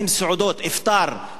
ברמדאן בשביל כולם.